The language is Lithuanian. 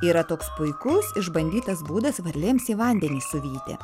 yra toks puikus išbandytas būdas varlėms į vandenį suvyti